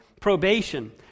probation